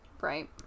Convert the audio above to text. Right